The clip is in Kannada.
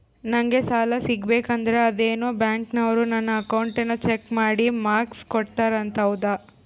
ನಂಗೆ ಸಾಲ ಸಿಗಬೇಕಂದರ ಅದೇನೋ ಬ್ಯಾಂಕನವರು ನನ್ನ ಅಕೌಂಟನ್ನ ಚೆಕ್ ಮಾಡಿ ಮಾರ್ಕ್ಸ್ ಕೋಡ್ತಾರಂತೆ ಹೌದಾ?